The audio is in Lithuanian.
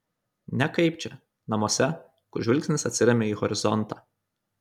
ne kaip čia namuose kur žvilgsnis atsiremia į horizontą